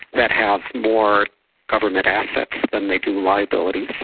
that have more government assets than they do liabilities.